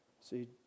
See